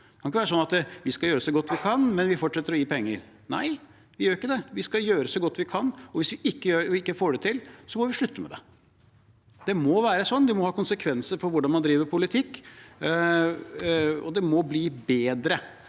Det kan ikke være sånn at vi skal gjøre så godt kan, men vi fortsetter å gi penger. Nei, vi skal gjøre så godt vi kan, og hvis vi ikke får det til, må vi slutte med det. Det må være sånn. Det må ha konsekvenser for hvordan man driver politikk, og det må bli bedre.